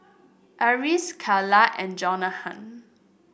Eris Carla and